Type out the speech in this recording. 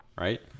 right